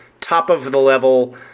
top-of-the-level